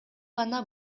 гана